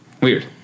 Weird